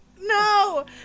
No